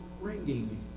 ringing